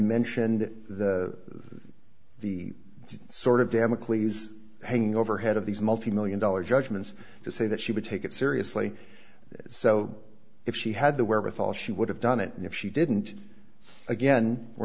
mentioned the sort of damocles hanging overhead of these multi million dollar judgments to say that she would take it seriously so if she had the wherewithal she would have done it and if she didn't again we're